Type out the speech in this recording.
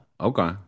okay